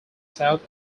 south